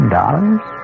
dollars